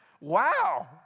wow